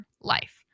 life